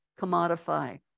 commodify